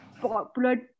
popular